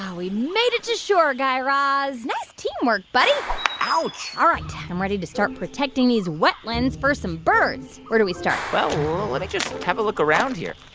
we made it to shore, guy raz. nice teamwork, buddy ouch all right. i'm ready to start protecting these wetlands for some birds. where do we start? well, let me just have a look around here.